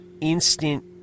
instant